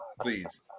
please